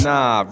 Nah